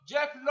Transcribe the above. Jeff